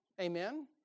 Amen